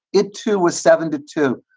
it, too, was seven to two.